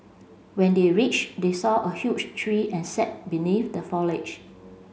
when they reach they saw a huge tree and sat beneath the foliage